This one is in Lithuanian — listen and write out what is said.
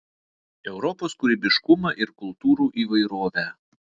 europos kūrybiškumą ir kultūrų įvairovę